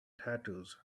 tattoos